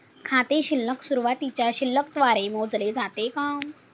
खाते शिल्लक सुरुवातीच्या शिल्लक द्वारे मोजले जाते का?